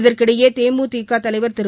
இதற்கிடையே தேமுதிக தலைவர் திரு